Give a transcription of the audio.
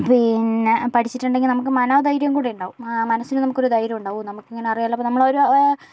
പിന്നെ പഠിച്ചിട്ടുണ്ടെങ്കിൽ നമുക്ക് മനോധൈര്യംകൂടി ഉണ്ടാകും ആ മനസ്സിന് നമുക്കൊരു ധൈര്യമുണ്ടാകും ഓ നമുക്കിങ്ങനെ അറിയാമല്ലോ നമ്മളൊരു